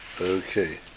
Okay